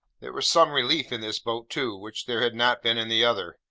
there was some relief in this boat, too, which there had not been in the other,